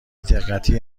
دقتی